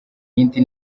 yindi